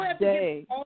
day –